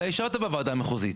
המערכת עובדת,